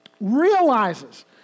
realizes